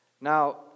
Now